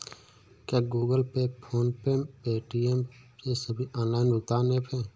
क्या Google Pay PhonePe Paytm ये सभी ऑनलाइन भुगतान ऐप हैं?